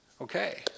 Okay